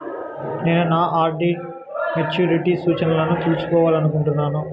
నేను నా RD maturity సూచనలను తెలుసుకోవాలనుకుంటున్నాను